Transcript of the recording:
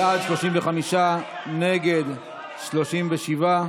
בעד, 35, נגד, 37,